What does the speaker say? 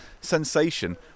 sensation